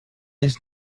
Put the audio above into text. eens